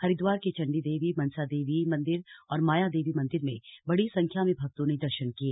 हरिद्वार के चंडी देवी मनसा देवी मंदिर और माया देवी मंदिर में बड़ी संख्या में भक्तों ने दर्शन किए